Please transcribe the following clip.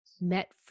met